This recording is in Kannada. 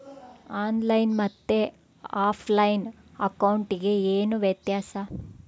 ಆನ್ ಲೈನ್ ಮತ್ತೆ ಆಫ್ಲೈನ್ ಅಕೌಂಟಿಗೆ ಏನು ವ್ಯತ್ಯಾಸ?